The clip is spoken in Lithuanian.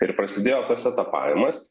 ir prasidėjo tas etapavimas